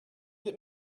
that